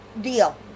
deal